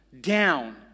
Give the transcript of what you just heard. down